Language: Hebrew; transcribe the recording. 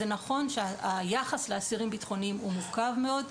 נכון שהיחס לאסירים בטחוניים הוא מורכב מאוד,